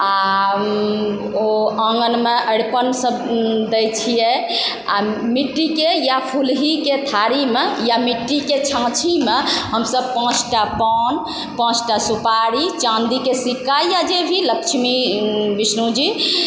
आओर ओ आँगनमे अरिपन सब दैत छियै आओर मिट्टीके या फुल्हिके थारीमे या मिट्टीके छाछीमे हमसब पाँचटा पान पाँचटा सुपारी चाँदीके सिक्का या जे भी लक्ष्मी या विष्णु जी